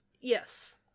Yes